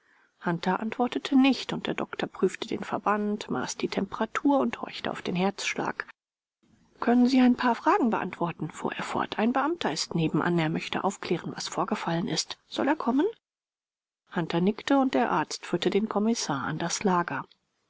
hunter antwortete nicht und der doktor prüfte den verband maß die temperatur und horchte auf den herzschlag können sie ein paar fragen beantworten fuhr er fort ein beamter ist nebenan er möchte aufklären was vorgefallen ist soll er kommen hunter nickte und der arzt führte den kommissar an das lager